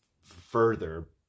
further